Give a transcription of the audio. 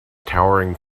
towering